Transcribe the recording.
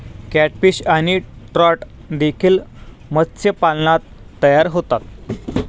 catfish आणि trout देखील मत्स्यपालनात तयार होतात